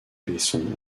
besson